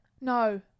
No